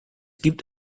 gibt